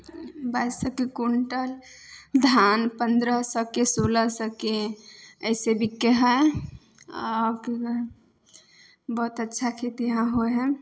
बाइस सओके क्विन्टल धान पन्द्रह सओके सोलह सओके अइसे बिकै हइ आओर कि कही बहुत अच्छा खेती यहाँ होइ हइ